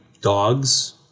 dogs